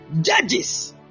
judges